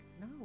no